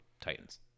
Titans